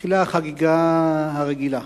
מתחילה החגיגה הרגילה,